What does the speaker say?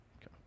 Okay